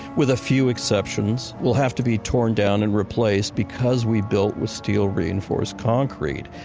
with a few exceptions, will have to be torn down and replaced because we built with steel reinforced concrete,